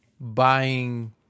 buying